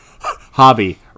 Hobby